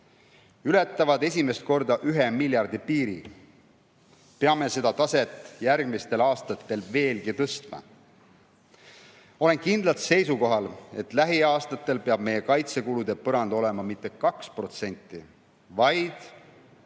ületavad esimest korda ühe miljardi piiri. Peame seda taset järgmistel aastatel veelgi tõstma. Olen kindlalt seisukohal, et lähiaastatel peab meie kaitsekulude põrand olema mitte 2%, vaid 3% meie